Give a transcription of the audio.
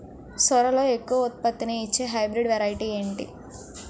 సోరలో ఎక్కువ ఉత్పత్తిని ఇచే హైబ్రిడ్ వెరైటీ ఏంటి?